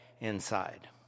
inside